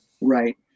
right